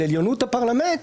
של עליונות הפרלמנט,